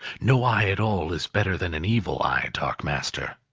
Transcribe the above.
no eye at all is better than an evil eye, dark master!